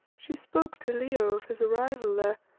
she spoke to leo of his arrival there,